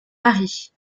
paris